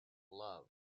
love